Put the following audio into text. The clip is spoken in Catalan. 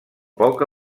poca